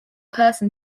person